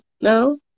No